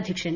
അധ്യക്ഷൻ